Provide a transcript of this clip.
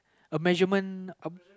a measurement